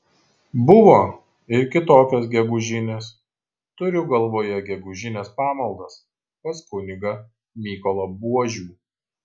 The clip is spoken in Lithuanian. buvo ir kitokios gegužinės turiu galvoje gegužines pamaldas pas kunigą mykolą buožių